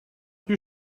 you